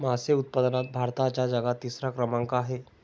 मासे उत्पादनात भारताचा जगात तिसरा क्रमांक आहे